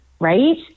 right